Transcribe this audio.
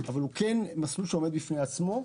אבל הוא כן מסלול שעומד בפני עצמו,